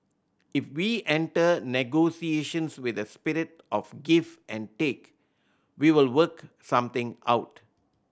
if we enter negotiations with a spirit of give and take we will work something out